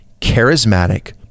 charismatic